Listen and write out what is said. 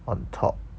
on top